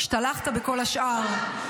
והשתלחת בכל השאר.